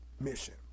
mission